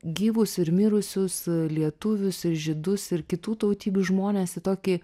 gyvus ir mirusius lietuvius ir žydus ir kitų tautybių žmones į tokį